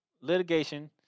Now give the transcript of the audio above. litigation